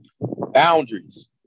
Boundaries